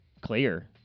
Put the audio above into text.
clear